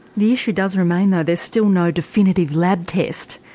the issue does remain though there's still no definitive lab test.